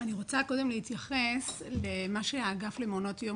אני רוצה קודם להתייחס למה שהאגף למעונות יום